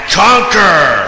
conquer